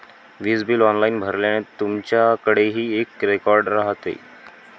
वीज bill online भरल्याने, तुमच्याकडेही एक रेकॉर्ड राहते